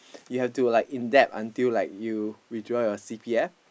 you have to like in debt until like you withdraw your C_P_F